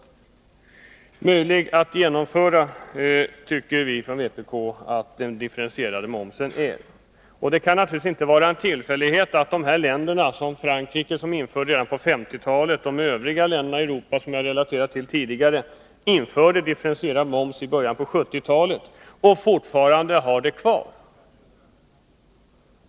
Vi i vpk tycker att den differentierade momsen är möjlig att genomfö Nr 50 ra. Det kan naturligtvis inte vara en tillfällighet att Frankrike, som införde Onsdagen den differentierad moms redan på 1950-talet, och övriga länder i Europa, som jag 15 december 1982 har relaterat till tidigare och som införde differentierad moms i början av 1970-talet, fortfarande har den kvar.